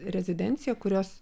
rezidenciją kurios